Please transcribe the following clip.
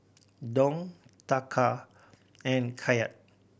Dong Taka and Kyat